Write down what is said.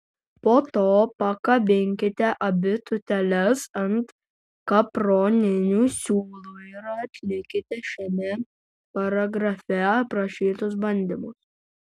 po to pakabinkite abi tūteles ant kaproninių siūlų ir atlikite šiame paragrafe aprašytus bandymus